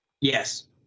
Yes